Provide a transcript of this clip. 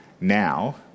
Now